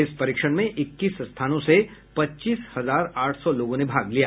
इस परीक्षण में इक्कीस स्थानों से पच्चीस हजार आठ सौ लोगों ने भाग लिया